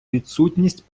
відсутність